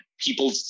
people